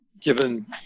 given